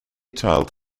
child